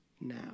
now